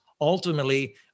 ultimately